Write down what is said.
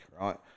right